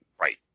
Right